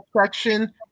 section